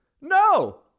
No